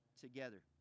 together